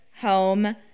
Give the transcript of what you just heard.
home